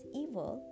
evil